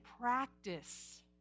practice